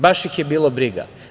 Baš ih je bilo briga.